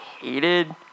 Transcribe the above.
hated